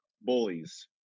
bullies